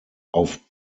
auf